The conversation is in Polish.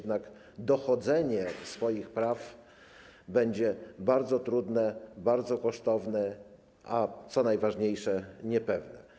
Dochodzenie swoich praw będzie bardzo trudne, bardzo kosztowne, a co najważniejsze - niepewne.